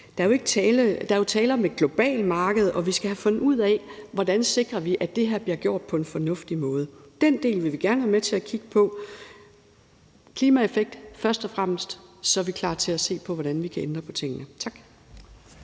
Der er jo tale om et globalt marked, og vi skal have fundet ud af, hvordan vi sikrer, at det her bliver gjort på en fornuftig måde. Den del vil vi gerne være med til at kigge på. Så det er altså først og fremmest klimaeffekten, og så er vi klar til at se på, hvordan vi kan ændre på tingene. Tak.